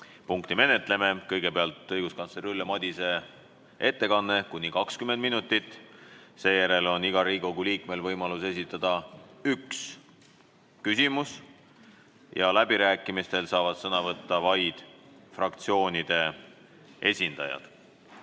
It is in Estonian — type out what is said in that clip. punkti menetleme. Kõigepealt on õiguskantsler Ülle Madise ettekanne, kuni 20 minutit, seejärel on igal Riigikogu liikmel võimalus esitada üks küsimus ja läbirääkimistel saavad sõna võtta vaid fraktsioonide esindajad.